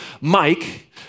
Mike